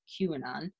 QAnon